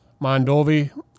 Mondovi